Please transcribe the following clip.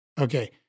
Okay